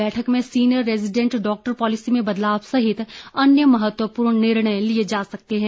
बैठक में senior resident doctor policy में बदलाव सहित अन्य महत्वपूर्ण निर्णय लिए जा सकते हैं